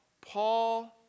Paul